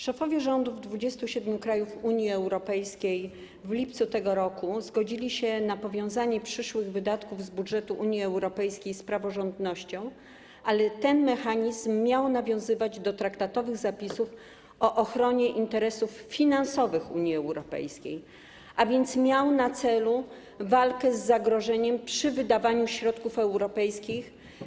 Szefowie rządów 27 krajów Unii Europejskiej w lipcu tego roku zgodzili się na powiązanie przyszłych wydatków z budżetu Unii Europejskiej z praworządnością, ale ten mechanizm miał nawiązywać do traktatowych zapisów o ochronie interesów finansowych Unii Europejskiej, a więc miał na celu walkę z zagrożeniem przy wydawaniu środków europejskich.